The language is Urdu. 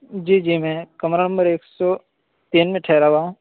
جی جی میں کمرہ نمبر ایک سو تین میں ٹھہرا ہوا ہوں